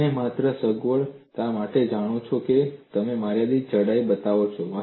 તમે માત્ર સગવડ માટે જાણો છો તમે મર્યાદિત જાડાઈ બતાવો છો